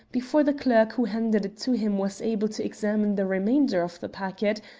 before the clerk who handed it to him was able to examine the remainder of the packet,